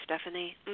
Stephanie